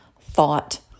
thought